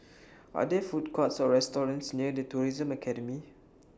Are There Food Courts Or restaurants near The Tourism Academy